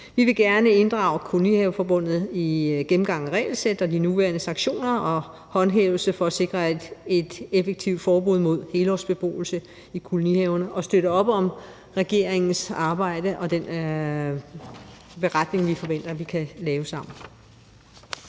Vi vil gerne inddrage Kolonihaveforbundet i en gennemgang af regelsættet og de nuværende sanktioner og håndhævelse for at sikre et effektivt forbud mod helårsbeboelse i kolonihaverne. Vi støtter op om regeringens arbejde og den beretning, vi forventer vi kan lave sammen.